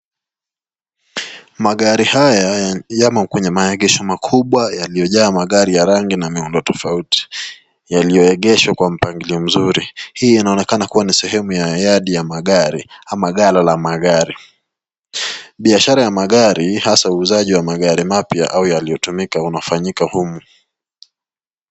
Magari haya yamo kwenye maegesho makubwa yaliyojaa magari ya rangi na miundo tofauti, yaliyoegeshwa kwa mpangilio mzuri. Hii inaonekana kuwa ni sehemu ya yadi ya magari ama gala la magari. Biashara ya magari hasa uuzaji wa magari mapya au yaliyotumika hufanyika humu.